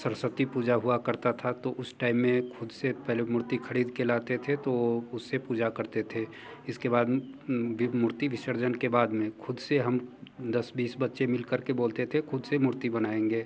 सरस्वती पूजा हुआ करता था तो उस टाइम में ख़ुद से पहले मूर्ति ख़रीद के लाते थे तो उससे पूजा करते थे इसके बाद मूर्ति विसर्जन के बाद में ख़ुद से हम दस बीस बच्चे मिल कर के बोलते थे ख़ुद से मूर्ति बनाएँगे